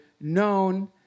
known